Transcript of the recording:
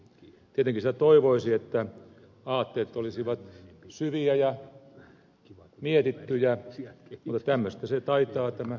tietenkin sitä toivoisi että aatteet olisivat syviä ja mietittyjä mutta tämmöistä se taitaa tämä nykypolitiikka olla